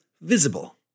Visible